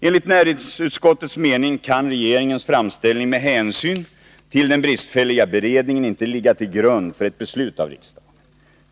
Enligt näringsutskottets mening kan regeringens framställning med hänsyn till den bristfälliga beredningen inte ligga till grund för ett beslut av riksdagen.